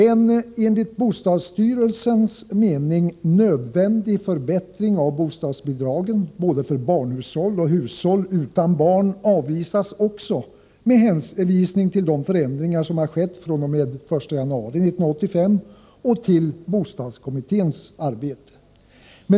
En enligt bostadsstyrelsens mening nödvändig förbättring av bostadsbidragen, både för barnhushåll och för hushåll utan barn, avvisas också, med hänvisning till de förändringar som skett fr.o.m. den 1 januari 1985 och med hänvisning till bostadskommitténs arbete.